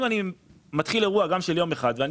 אם אני מתחיל אירוע גם של יום אחד ואני